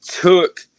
took